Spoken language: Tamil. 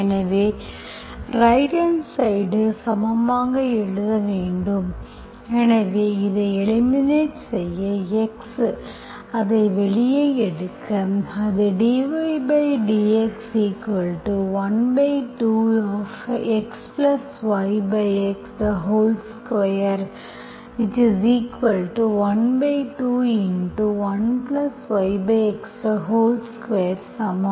எனவே எனவே ரைட் ஹாண்ட் சைடு சமமாக எழுத வேண்டும் எனவே இதை எலிமினேட் செய்ய X அதை வெளியே எடுக்க அது dydx12XYX2121YX 2 சமம்